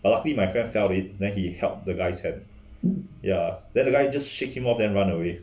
but lucky my friend felt it then he held the guys hand ya then the guy just shake him off than run away